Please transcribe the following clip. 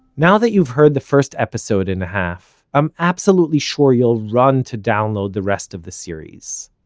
now that you've heard the first episode-and-a-half, i'm absolutely sure you'll run to download the rest of the series.